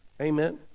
Amen